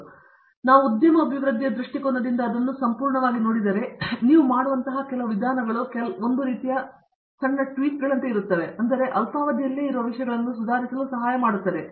ಇಲ್ಲವಾದರೆ ನಾವು ಉದ್ಯಮ ಅಭಿವೃದ್ಧಿಯ ದೃಷ್ಟಿಕೋನದಿಂದ ಅದನ್ನು ಸಂಪೂರ್ಣವಾಗಿ ನೋಡಿದರೆ ನೀವು ಮಾಡುವಂತಹ ಕೆಲವು ವಿಧಾನಗಳು ಕೇವಲ ಒಂದು ರೀತಿಯ ಸಣ್ಣ ಟ್ವೀಕ್ಗಳಂತೆಯೇ ಇರುತ್ತವೆ ಇದು ಅಲ್ಪಾವಧಿಯಲ್ಲಿಯೇ ಇರುವ ವಿಷಯಗಳನ್ನು ಸುಧಾರಿಸಲು ಸಹಾಯ ಮಾಡುತ್ತದೆ